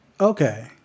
Okay